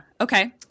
Okay